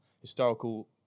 historical